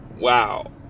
Wow